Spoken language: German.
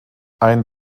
ein